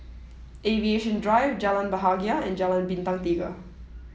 Aviation Drive Jalan Bahagia and Jalan Bintang Tiga